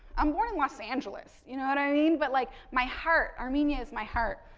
i'm born in los angeles, you know what i mean, but like, my heart, armenia's my heart.